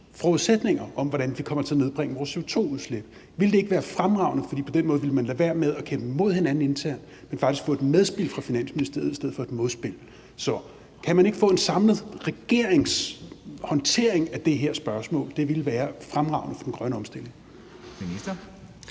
forudsætninger om, hvordan vi kommer til at nedbringe vores CO2-udslip? Ville det ikke være fremragende? For på den måde ville man lade være med at kæmpe mod hinanden internt. Man ville faktisk få et medspil fra Finansministeriet i stedet for et modspil. Så kan man ikke få en samlet regeringshåndtering af det her spørgsmål? Det ville være fremragende for den grønne omstilling.